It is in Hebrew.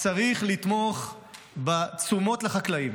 צריך לתמוך בתשומות לחקלאים,